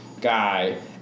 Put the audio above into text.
guy